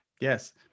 yes